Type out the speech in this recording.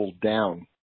down